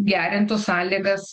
gerintų sąlygas